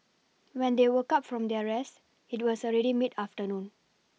when they woke up from their rest it was already mid afternoon